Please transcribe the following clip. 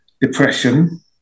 depression